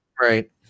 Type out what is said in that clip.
right